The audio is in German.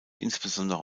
insbesondere